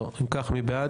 אם כך, מי בעד?